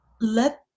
let